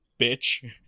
bitch